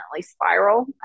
spiral